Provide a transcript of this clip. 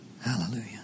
Hallelujah